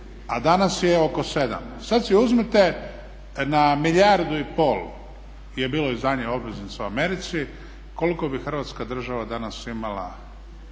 a danas je oko 7. Sad si uzmite na milijardu i pol je bilo izdanje obveznica u Americi koliko bi Hrvatska država danas imala